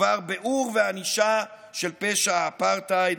בדבר ביעור וענישה של פשע האפרטהייד,